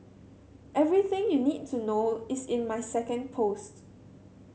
everything you need to know is in my second post